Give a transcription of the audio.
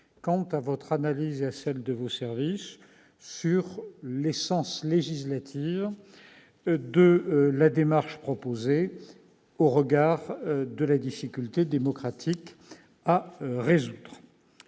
qu'à l'analyse de vos services sur l'essence législative de la démarche proposée au regard de la difficulté démocratique à résoudre.